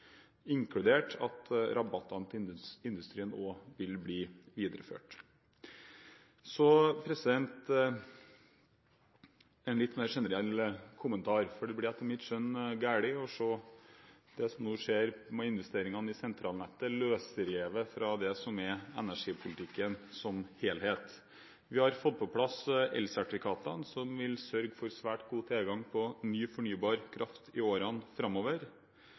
Rabattene til industrien vil også bli videreført. Så en litt mer generell kommentar. Det blir etter mitt skjønn galt å se det som nå skjer med investeringene i sentralnettet, løsrevet fra energipolitikken som helhet. Vi har fått på plass elsertifikatene, som vil sørge for svært god tilgang på ny fornybar kraft i årene framover.